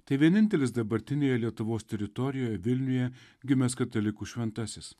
tai vienintelis dabartinėje lietuvos teritorijoj vilniuje gimęs katalikų šventasis